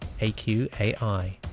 AQAI